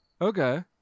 Okay